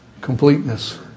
Completeness